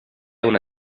una